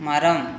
மரம்